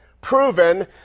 proven